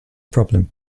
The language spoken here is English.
problem